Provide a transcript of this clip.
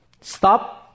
stop